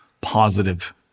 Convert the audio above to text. positive